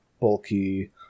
bulky